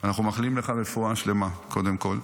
ואנחנו מאחלים לך רפואה שלמה, קודם כול.